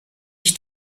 ich